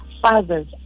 Fathers